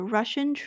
Russian